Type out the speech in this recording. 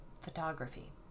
photography